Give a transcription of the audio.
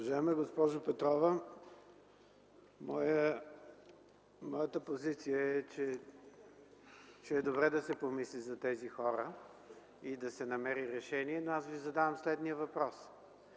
госпожо Петрова! Моята позиция е, че е добре да се помисли за тези хора и да се намери решение. Задавам Ви обаче следния въпрос.